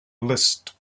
list